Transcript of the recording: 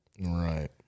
Right